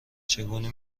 چگونه